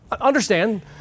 Understand